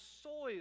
soil